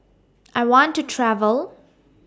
I want to travel